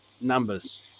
numbers